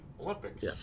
Olympics